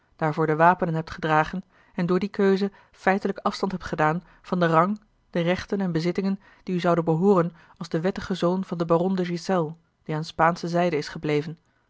daarvoor de wapenen hebt gedragen en door die keuze feitelijk afstand hebt gedaan van den rang de rechten en bezittingen die u zouden behooren als den wettigen zoon van den baron a l g bosboom-toussaint de hiselles die aan spaansche zijde is gebleven